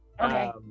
Okay